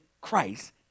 Christ